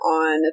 on